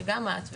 שגם את,